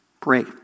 pray